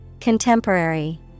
Contemporary